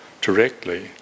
directly